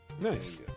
Nice